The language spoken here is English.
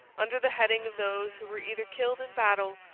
under the heading of those who were either killed in battle,